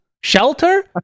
shelter